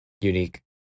unique